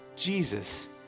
Jesus